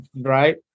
right